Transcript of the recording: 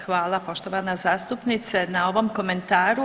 Hvala poštovana zastupnice na ovom komentaru.